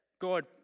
God